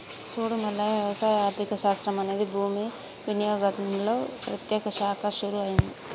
సూడు మల్లయ్య వ్యవసాయ ఆర్థిక శాస్త్రం అనేది భూమి వినియోగంలో ప్రత్యేక శాఖగా షురూ అయింది